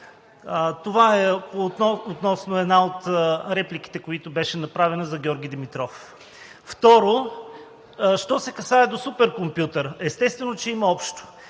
Това е относно една от репликите, която беше направена, за Георги Димитров. Второ, що се касае до суперкомпютъра – естествено, че има общо.